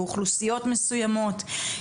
באוכלוסיות מסויימות.